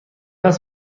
است